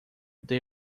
the